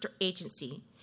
Agency